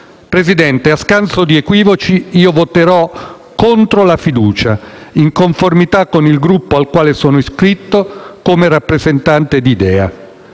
Presidente, a scanso di equivoci, io voterò contro la fiducia, in conformità con il Gruppo al quale sono iscritto in quanto rappresentante di Idea.